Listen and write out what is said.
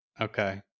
Okay